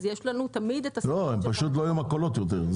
יש לנו תמיד את --- פשוט לא יהיו מכולות יותר.